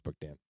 Dan